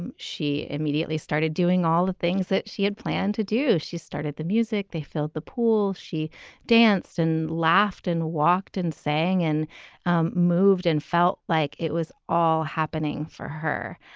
um she immediately started doing all the things that she had planned to do. she started the music. they filled the pool. she danced and laughed and walked and sang and um moved and felt like it was all happening for her.